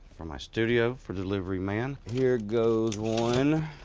for my studio for delivery man. here goes one